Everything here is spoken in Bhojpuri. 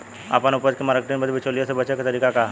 आपन उपज क मार्केटिंग बदे बिचौलियों से बचे क तरीका का ह?